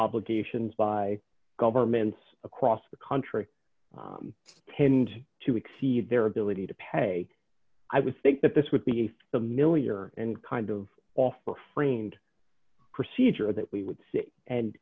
obligations by governments across the country tend to exceed their ability to pay i would think that this would be a familiar and kind of offer framed procedure that we would see and